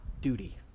duty